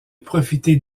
profiter